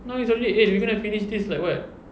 now is already eight we gonna finish this like what